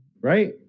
right